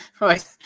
right